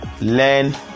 Learn